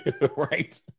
Right